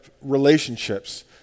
relationships